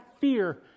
fear